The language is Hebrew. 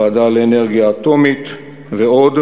הוועדה לאנרגיה אטומית ועוד,